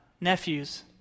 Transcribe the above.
nephews